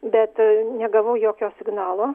bet negavau jokio signalo